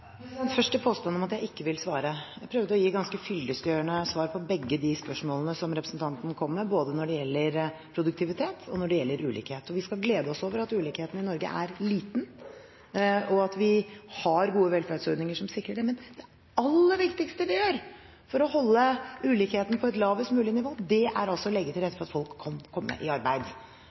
Først til påstanden om at jeg ikke vil svare. Jeg prøvde å gi ganske fyllestgjørende svar på begge de spørsmålene som representanten kom med, både når det gjelder produktivitet og når det gjelder ulikhet, og vi skal glede oss over at ulikheten i Norge er liten, og at vi har gode velferdsordninger som sikrer det. Men det aller viktigste vi gjør for å holde ulikheten på et lavest mulig nivå, er å legge til rette for at folk kan komme i arbeid.